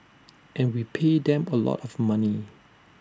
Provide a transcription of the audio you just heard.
and we pay them A lot of money